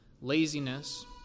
laziness